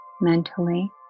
mentally